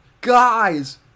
guys